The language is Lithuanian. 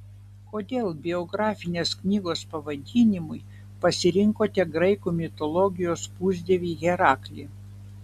kodėl biografinės knygos pavadinimui pasirinkote graikų mitologijos pusdievį heraklį